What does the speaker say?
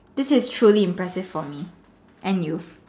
this is truly impressive for me and you